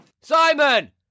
Simon